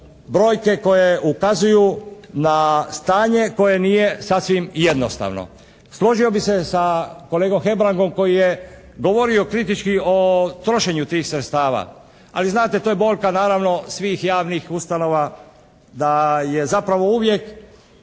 brojke koje ukazuju na stanje koje nije sasvim jednostavno. Složio bih se sa kolegom Hebrangom koji je govorio kritički o trošenju tih sredstava, ali znate to je boljka naravno svih javnih ustanova da je zapravo uvijek